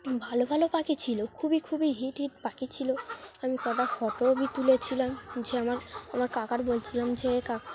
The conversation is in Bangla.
ভালো ভালো পাখি ছিলো খুবই খুবই হিট হিট পাখি ছিলো আমি কটা ফটোও তুলেছিলাম যে আমার আমার কাকার বলছিলাম যে কাকা